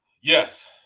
Yes